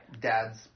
dad's